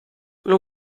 non